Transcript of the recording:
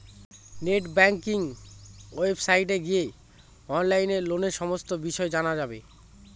net banking ওয়েবসাইটে গিয়ে অনলাইনে লোনের সমস্ত বিষয় জানা যাবে